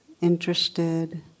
interested